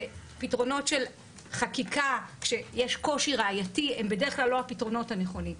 ופתרונות של חקיקה כשיש קושי ראייתי הם בדרך כלל לא הפתרונות הנכונים.